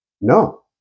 No